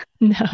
No